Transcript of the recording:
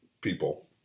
people